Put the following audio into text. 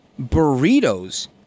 burritos